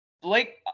Blake